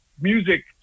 music